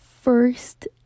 first